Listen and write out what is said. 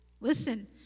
Listen